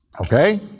Okay